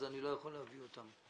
לכן אני לא יכול להביא אותם.